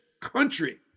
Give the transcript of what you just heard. country